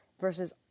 versus